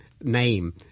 name